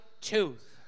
tooth